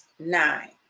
nine